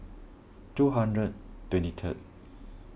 two hundred twenty third